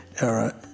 Era